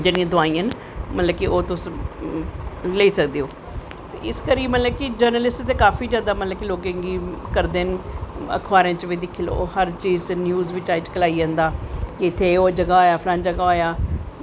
जिन्नियां दवाईयां न ओह् तुस लेई सकदे हो ते इस गल्ला जर्नलिस्ट ते काफी मतलव लोकें गी करदे न अखबारें च बी दिक्खी लैओ हर चीज़ न्यूज़ बिच्च आई जंदा कि इत्थें ओह् होया फलानी जगाह् ओह् होया